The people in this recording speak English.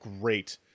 great